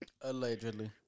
Allegedly